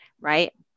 right